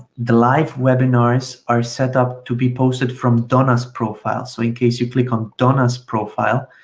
the live webinars are set up to be posted from donna's profile. so in case you click on donna's profile,